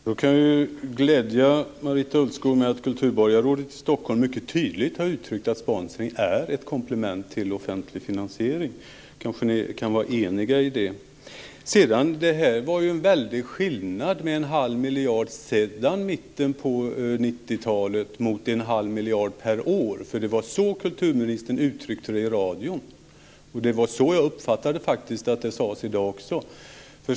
Herr talman! Då kan jag glädja Marita Ulvskog med att kulturborgarrådet i Stockholm mycket tydligt har uttryckt att sponsring är ett komplement till offentlig finansiering. Då kanske ni kan vara eniga i det. Det var en väldig skillnad på en halv miljard sedan mitten på 90-talet mot en halv miljard per år. Det var så kulturministern uttryckte det i radion. Det var så jag uppfattade att det sades i dag också.